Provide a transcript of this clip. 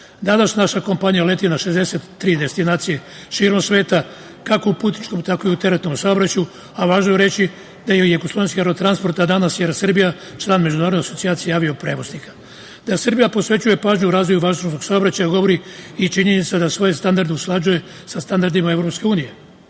Danas naša kompanija leti na 63 destinacije širom sveta, kako u putničkom tako u teretnom saobraćaju, a važno je reći da je JAT, a danas ER Srbija, član Međunarodne asocijacije avio prevoznika. Da Srbija posvećuje pažnju razvoju avio saobraćaj, govori i činjenica da svoje standarde usklađuje sa standardima